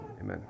Amen